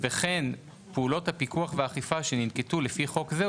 וכן פעולות הפיקוח והאכיפה שננקטו לפי חוק זה,